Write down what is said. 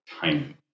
tiny